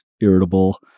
irritable